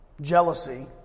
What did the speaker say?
jealousy